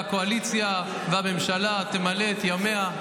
והקואליציה והממשלה תמלא את ימיה.